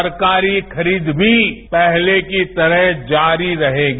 सरकारी खरीद भी पहले की तरह जारी रहेगी